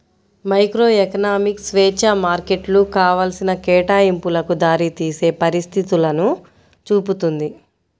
microeconomics స్వేచ్ఛా మార్కెట్లు కావాల్సిన కేటాయింపులకు దారితీసే పరిస్థితులను చూపుతుంది